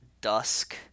dusk